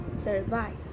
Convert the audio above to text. survive